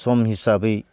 सम हिसाबै